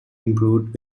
improved